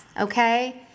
okay